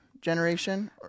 generation